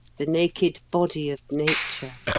the naked body of nature,